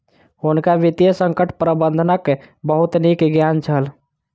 हुनका वित्तीय संकट प्रबंधनक बहुत नीक ज्ञान छल